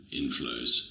inflows